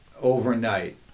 overnight